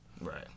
right